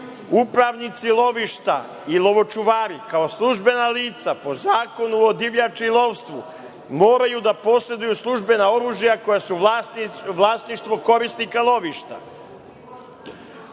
upravnici lovišta i lovočuvari, kao službena lica, po Zakonu o divljači i lovstvu moraju da poseduju službena oružja koja su vlasništvo korisnika lovišta.